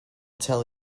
tell